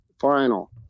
final